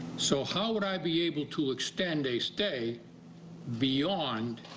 so how would i be able to extend a stay beyond